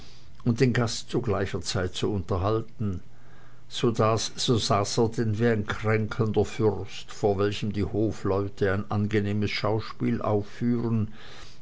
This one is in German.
und den gast zu gleicher zeit zu unterhalten so saß er denn wie ein kränkelnder fürst vor welchem die hofleute ein angenehmes schauspiel aufführen